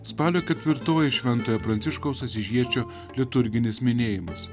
spalio ketvirtoji šventojo pranciškaus asyžiečio liturginis minėjimas